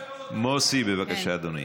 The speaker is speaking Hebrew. אל תבלבלו, מוסי, בבקשה, אדוני.